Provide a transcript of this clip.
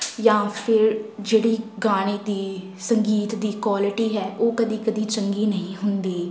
ਜਾਂ ਫਿਰ ਜਿਹੜੀ ਗਾਣੇ ਦੀ ਸੰਗੀਤ ਦੀ ਕੁਆਲਿਟੀ ਹੈ ਉਹ ਕਦੀ ਕਦੀ ਚੰਗੀ ਨਹੀਂ ਹੁੰਦੀ